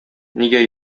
нигә